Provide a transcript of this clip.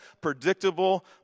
predictable